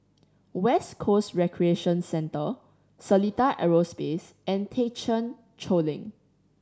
West Coast Recreation Centre Seletar Aerospace and Thekchen Choling